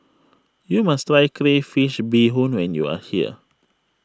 you must try Crayfish BeeHoon when you are here